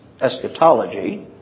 eschatology